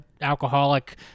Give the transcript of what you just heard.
alcoholic